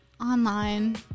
online